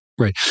Right